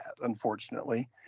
unfortunately